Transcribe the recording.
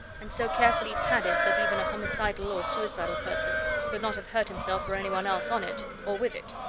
and so carefully padded that even a homicidal or suicidal person could not have hurt himself or anyone else on it or with it.